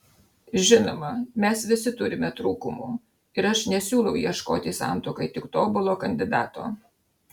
žinoma mes visi turime trūkumų ir aš nesiūlau ieškoti santuokai tik tobulo kandidato